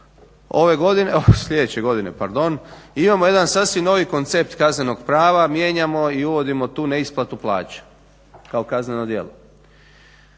sljedeće godine pardon, imamo jedan sasvim novi koncept kaznenog prava. Mijenjamo i uvodimo tu neisplatu plaća kao kazneno djelo.